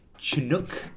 Chinook